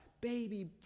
Baby